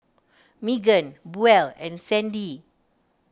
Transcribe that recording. Meagan Buel and Sandie